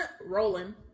rolling